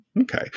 Okay